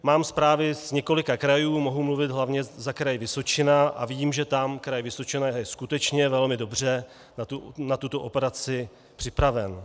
Mám zprávy z několika krajů, mohu mluvit hlavně za Kraj Vysočina a vím, že tam Kraj Vysočina je skutečně velmi dobře na tuto operaci připraven.